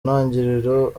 ntangiriro